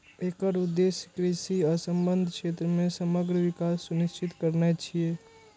एकर उद्देश्य कृषि आ संबद्ध क्षेत्र मे समग्र विकास सुनिश्चित करनाय छियै